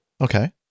Okay